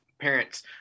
parents